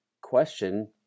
question